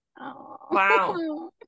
Wow